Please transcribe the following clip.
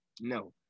No